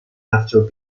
after